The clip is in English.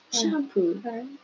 shampoo